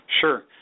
Sure